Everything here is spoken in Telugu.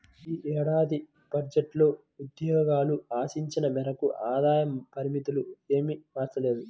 ఈ ఏడాది బడ్జెట్లో ఉద్యోగులు ఆశించిన మేరకు ఆదాయ పరిమితులు ఏమీ మార్చలేదు